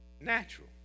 natural